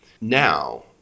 Now